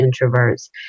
introverts